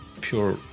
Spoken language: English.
Pure